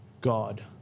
god